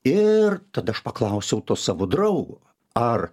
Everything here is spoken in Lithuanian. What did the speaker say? ir tad aš paklausiau to savo draugo ar